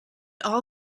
all